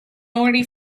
already